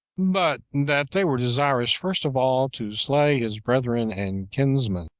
but that they were desirous first of all to slay his brethren and kinsmen,